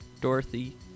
Dorothy